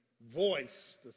voice